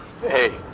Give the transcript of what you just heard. Hey